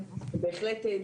ראשית,